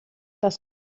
das